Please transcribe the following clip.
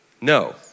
No